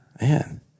Man